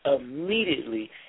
immediately